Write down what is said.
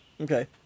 Okay